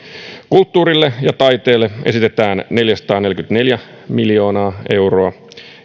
kulttuurille ja taiteelle esitetään neljäsataaneljäkymmentäneljä miljoonaa euroa